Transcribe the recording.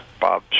Bob